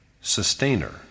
sustainer